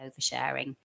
oversharing